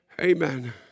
Amen